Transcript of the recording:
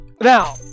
Now